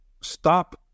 stop